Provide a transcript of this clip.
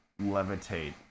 levitate